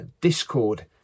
discord